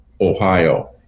Ohio